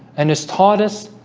and it's taught us.